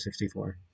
64